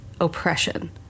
oppression